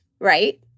right